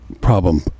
problem